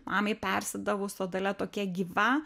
mamai persidavus o dalia tokia gyva